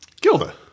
Gilda